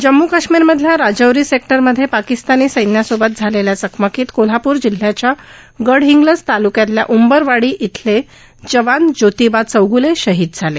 जम्म् काश्मीरमधल्या राजौरी सेक्टरमध्ये पाकिस्तानी सैन्यासोबत झालेल्या चकमकीत कोल्हाप्र जिल्ह्याच्या गडहिंग्लज तालुक्यातल्या उंबरवाडी इथले जवान जोतिबा चौगूले शहीद झाले